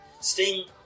Sting